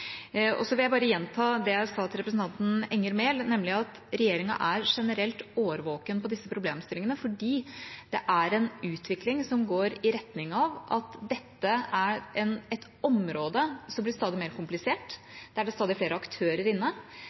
vil bare gjenta det jeg sa til representanten Enger Mehl, nemlig at regjeringen er generelt årvåken når det gjelder disse problemstillingene, for det er en utvikling som går i retning av at dette er et område som blir stadig mer komplisert, der det er stadig flere aktører inne,